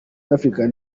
african